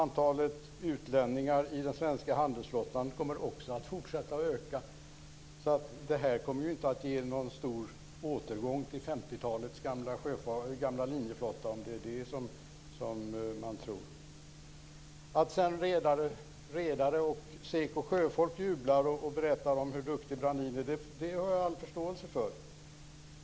Antalet utlänningar i den svenska handelsflottan kommer också att fortsätta öka. Detta kommer alltså inte att medföra någon stor återgång till 1950-talets gamla linjeflotta, om det är det man tror. Jag har all förståelse för att redare och SEKO Sjöfolk jublar och berättar hur duktig Brandin är.